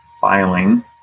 filing